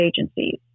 agencies